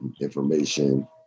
information